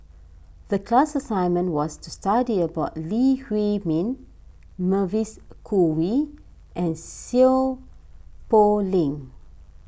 the class assignment was to study about Lee Huei Min Mavis Khoo Oei and Seow Poh Leng